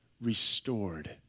restored